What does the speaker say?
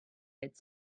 its